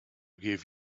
give